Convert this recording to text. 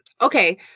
Okay